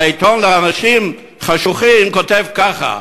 העיתון לאנשים חשוכים כותב ככה: